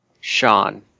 Sean